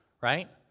Right